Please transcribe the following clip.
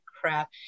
crap